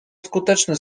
skuteczny